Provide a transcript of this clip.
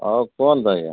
ହଉ କୁହନ୍ତୁ ଆଜ୍ଞା